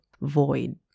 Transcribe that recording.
void